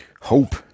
hope